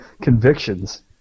convictions